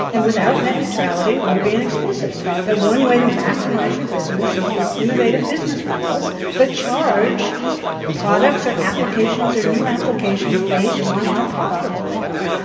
and without net neutrality, we are being explicit that one way to maximize your business is these innovative business models that charge products, or applications, or new applications based on how profitable they are.